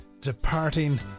departing